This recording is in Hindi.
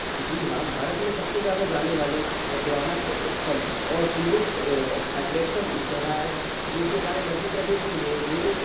जी हाँ भारत में सब से ज़्यादा जाने वाले ऐतिहासिक स्थल और टूरिस्ट अट्रैक्शन जगह है जो कि हमारे मध्य प्रदेश में ही है वो